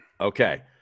Okay